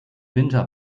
winter